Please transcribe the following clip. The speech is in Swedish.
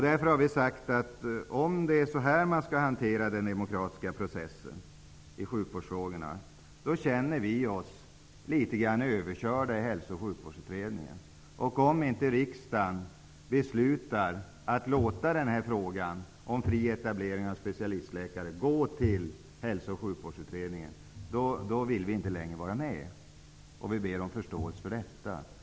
Därför har vi sagt att om det är så här man vill hantera den demokratiska processen i sjukvårdsfrågorna, känner vi oss överkörda i Hälso och sjukvårdsutredningen. Om inte riksdagen beslutar att låta frågan om fri etablering av specialistläkare gå till Hälso och sjukvårdsutredningen, vill vi inte längre vara med och ber om förståelse för detta.